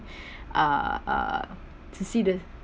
uh uh to see this